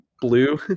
blue